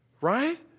right